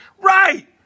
Right